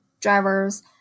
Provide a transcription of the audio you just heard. drivers